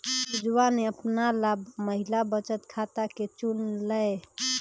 पुजवा ने अपना ला महिला बचत खाता के चुन लय